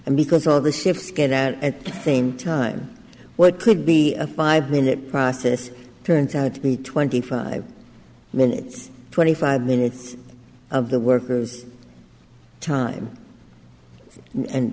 and because of this if get out at the same time what could be a five minute process turns out to be twenty five minutes twenty five minutes of the workers time and